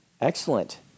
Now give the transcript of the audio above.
Excellent